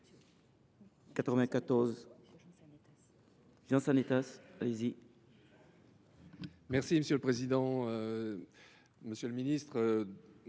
Pé. Monsieur le président, monsieur le ministre,